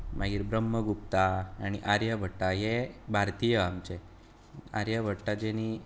मागीर ब्रह्मगुप्ता आनी आर्यभट्टा हे भारतीय आमचे आर्यभट्टा जेणी